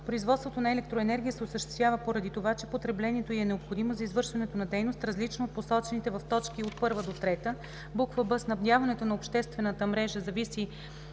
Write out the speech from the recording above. производството на електроенергия се осъществява поради това, че потреблението й е необходимо за извършването на дейност, различна от посочените в т. 1-3; бб) снабдяването на обществената мрежа зависи